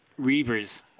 Reavers